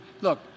Look